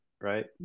right